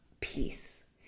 peace